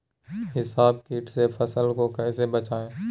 हिसबा किट से फसल को कैसे बचाए?